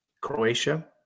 Croatia